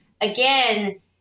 again